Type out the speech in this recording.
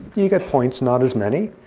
you get points, not as many.